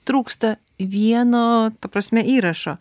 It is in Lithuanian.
trūksta vieno ta prasme įrašo